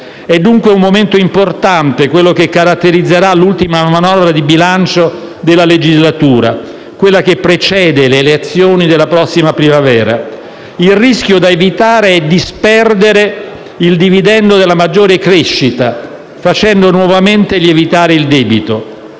È dunque un momento importante quello che caratterizzerà l'ultima manovra di bilancio della legislatura, quella che precede le elezioni della prossima primavera. Il rischio da evitare è disperdere il dividendo della maggiore crescita, facendo nuovamente lievitare il debito.